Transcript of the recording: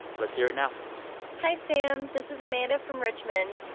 let's hear it now hi, sam. this is amanda from richmond.